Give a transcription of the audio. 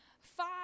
five